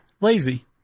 Lazy